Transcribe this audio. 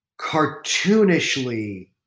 cartoonishly